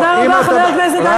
תודה רבה, חבר הכנסת אייכלר.